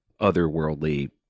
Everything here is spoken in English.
otherworldly